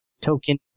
token